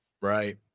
right